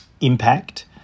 impact